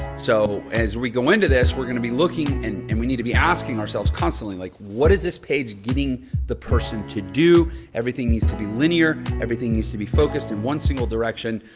so as we go into this, we're going to be looking and and we need to be asking ourselves constantly like what is this page getting the person to do? everything needs to be linear. everything needs to be focused in one single direction.